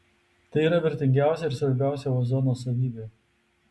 tai yra vertingiausia ir svarbiausia ozono savybė